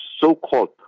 so-called